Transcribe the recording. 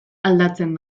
aldatzen